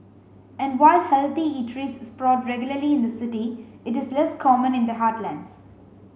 and while healthy eateries sprout regularly in the city it is less common in the heartlands